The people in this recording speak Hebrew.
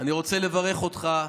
אני רוצה לברך אותך,